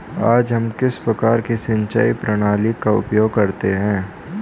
आज हम किस प्रकार की सिंचाई प्रणाली का उपयोग करते हैं?